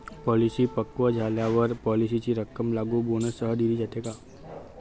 Policy पक्व झाल्यावर पॉलिसीची रक्कम लागू बोनससह दिली जाते का?